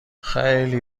خیلی